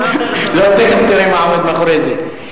תיכף תראה מה עומד מאחורי זה.